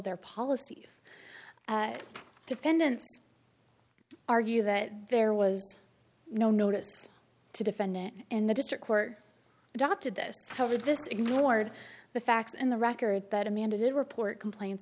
their policies defendants argue that there was no notice to defendant and the district court adopted this how would this ignored the facts and the record but amanda did report complain